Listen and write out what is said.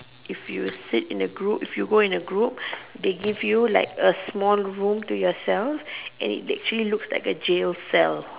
if you seat in a group if you go in a group they give you like a small room to yourself and it actually looks like a jail cell